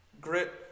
Grit